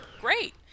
Great